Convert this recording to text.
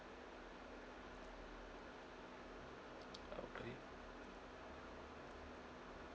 okay